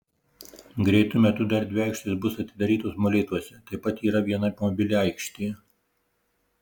greitu metu dar dvi aikštės bus atidarytos molėtuose taip pat yra viena mobili aikštė